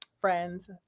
friends